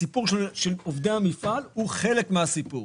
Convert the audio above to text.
הסיפור של עובדי המפעל הוא חלק מהסיפור,